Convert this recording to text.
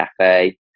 Cafe